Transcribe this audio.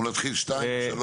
אנחנו נתחיל 2, 3,